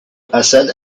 hasan